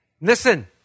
Listen